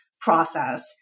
process